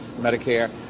Medicare